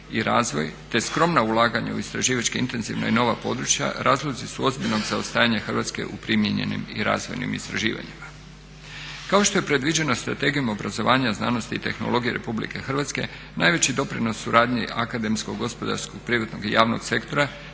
i razvoj te skromna ulaganja u istraživačka i nova područja razlozi su ozbiljnog zaostajanja Hrvatske u primijenjenim i razvojnim istraživanjima. Kao što je predviđeno Strategijom obrazovanja, znanosti i tehnologije RH najveći doprinos suradnji akademskog, gospodarskog, privatnog i javnog sektora